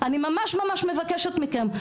אני ממש מבקשת מכם.